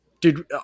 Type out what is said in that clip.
dude